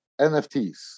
NFTs